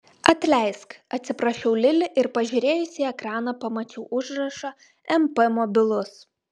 atleisk atsiprašiau lili ir pažiūrėjusi į ekraną pamačiau užrašą mp mobilus